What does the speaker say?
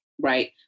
Right